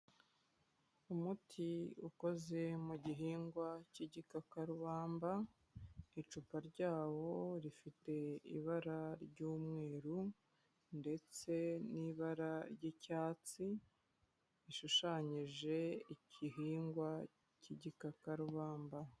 Umuti ukoze mu gihingwa k'igikakarubamba, icupa ryawo rifite ibara ry'umweru ndetse n'ibara ry'icyatsi, rishushanyije igihingwa k'igikakarubamba.